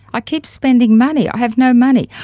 i keep spending money, i have no money.